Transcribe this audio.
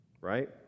right